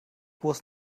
was